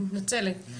אני מתנצלת,